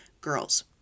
girls